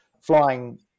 flying